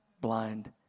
blind